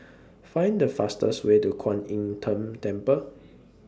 Find The fastest Way to Kwan Im Tng Temple